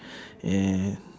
eh